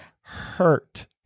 hurt